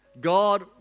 God